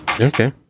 Okay